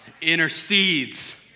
intercedes